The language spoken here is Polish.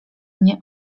mnie